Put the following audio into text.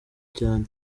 cyane